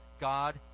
God